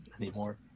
anymore